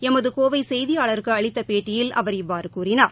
ளமது கோவை செய்தியாளருக்கு அளித்த பேட்டியில் அவர் இவ்வாறு கூறினார்